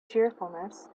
cheerfulness